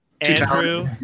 Andrew